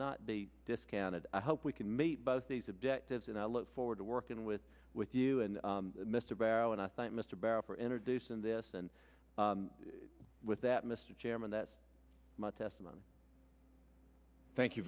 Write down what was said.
not be discounted i hope we can meet both these objectives and i look forward to working with with you and mr barrow and i think mr balfour introduced in this and with that mr chairman that my testimony thank you